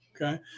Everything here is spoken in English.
okay